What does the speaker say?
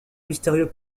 mystérieux